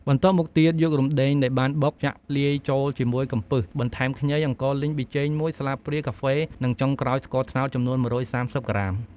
បន្ទាប់មកទៀត យករំដេងដែលបានបុក ចាក់លាយចូលជាមួយកំពឹស បន្ថែមខ្ញី អង្ករលីង ប៊ីចេង ១ស្លាបព្រាកាហ្វេ និងចុងក្រោយ ស្ករត្នោតចំនួន ១៣០ ក្រាម។